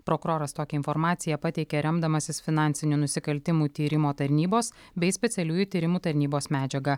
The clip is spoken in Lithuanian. prokuroras tokią informaciją pateikė remdamasis finansinių nusikaltimų tyrimo tarnybos bei specialiųjų tyrimų tarnybos medžiaga